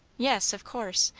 yes, of course.